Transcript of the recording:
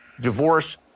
divorce